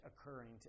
occurring